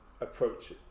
approach